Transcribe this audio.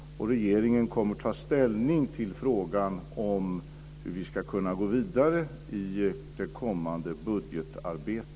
Regeringen kommer att ta ställning till frågan om hur vi ska kunna gå vidare i det kommande budgetarbetet.